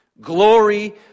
Glory